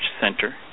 Center